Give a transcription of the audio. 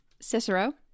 Cicero